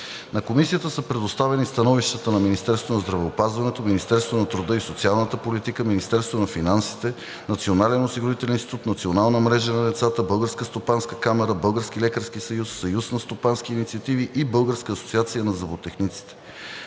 На Комисията са предоставени становищата на Министерството на здравеопазването, Министерството на труда и социалната политика, Министерството на финансите, Националния осигурителен институт, Националната мрежа на децата, Българската стопанска камара, Българския лекарски съюз, Съюза на стопански инициативи и Българската асоциация на зъботехниците.